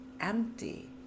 empty